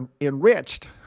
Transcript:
enriched